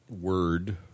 word